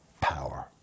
power